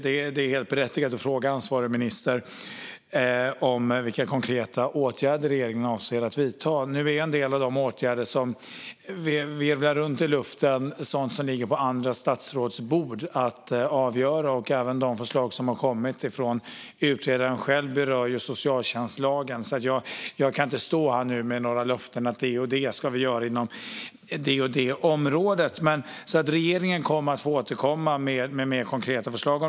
Det är helt berättigat att fråga ansvarig minister om vilka konkreta åtgärder regeringen avser att vidta. En del av de åtgärder som virvlar runt i luften är sådant som ligger på andra statsråds bord. Även de förslag som har kommit från utredaren själv berör socialtjänstlagen. Jag kan därför inte utställa löften här om att vi ska göra det ena eller andra inom olika områden. Regeringen kommer att få återkomma med konkreta förslag.